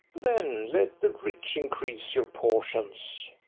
then let the rich increase your portions.